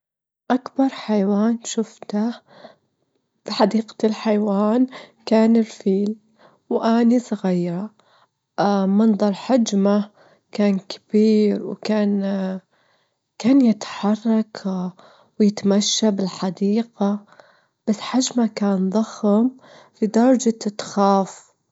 عدد المرات اللي أشوف بيها هاتفي يوميًا، أشوفه تقريبًا عشرين تلاتين مرة في اليوم، خاصةً الإشعارات والتطبيقات أجعد أشوفها كل مرة.